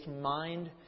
mind